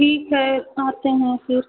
ठीक है आते हैं फिर